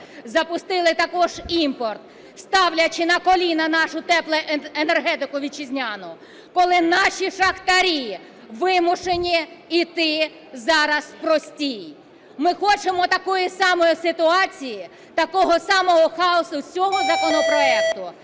запустили також імпорт, ставлячи "на коліна" нашу теплоенергетику вітчизняну. Коли наші шахтарі вимушені іти зараз в простій. Ми хочемо такої самої ситуації, такого самого хаосу з цього законопроекту?